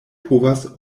povas